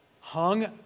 hung